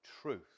truth